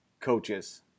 coaches –